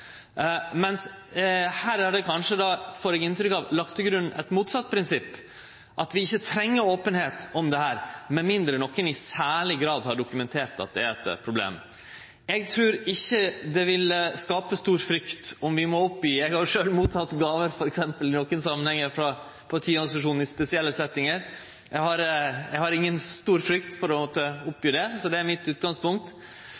mens her er det kanskje – får eg inntrykk av – lagt til grunn eit motsett prinsipp, at vi ikkje treng openheit om dette, med mindre nokon i særleg grad har dokumentert at det er eit problem. Eg trur ikkje det vil skape stor frykt om vi må gje opp det. Eg har sjølv i nokre samanhengar teke imot gåver frå partiorganisasjonen, i spesielle settingar. Eg har inga stor frykt for å måtte gje opp det. Det er utgangspunktet mitt. Eg vil likevel seie at det